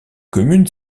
commune